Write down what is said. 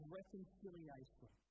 reconciliation